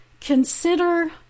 consider